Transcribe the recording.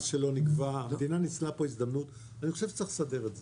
מה שלא נגבה אני חושב שנוצרה פה הזדמנות ואני חושב שצריך לסדר את זה.